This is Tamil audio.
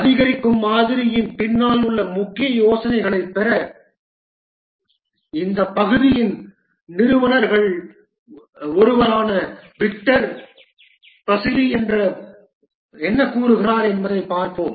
அதிகரிக்கும் மாதிரியின் பின்னால் உள்ள முக்கிய யோசனையைப் பெற இந்த பகுதியின் நிறுவனர்களில் ஒருவரான விக்டர் பசிலி என்ன கூறுகிறார் என்பதைப் பார்ப்போம்